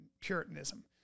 Puritanism